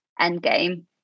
Endgame